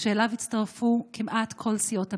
שאליו הצטרפו כמעט כל סיעות הבית.